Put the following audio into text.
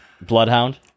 Bloodhound